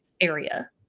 area